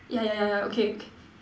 yeah yeah yeah yeah okay okay